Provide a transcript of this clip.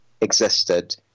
existed